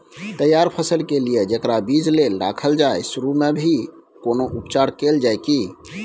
तैयार फसल के लिए जेकरा बीज लेल रखल जाय सुरू मे भी कोनो उपचार कैल जाय की?